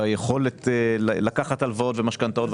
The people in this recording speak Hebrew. ביכולת לקחת הלוואות ומשכנתאות,